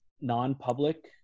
non-public